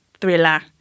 thriller